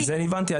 את זה אני הבנתי.